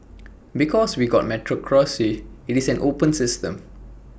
because we've got A meritocracy IT is an open system